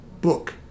book